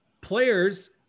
players